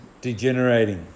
degenerating